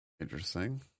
Interesting